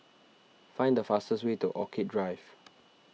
find the fastest way to Orchid Drive